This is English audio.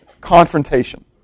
confrontation